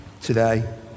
today